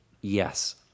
Yes